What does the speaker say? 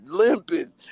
limping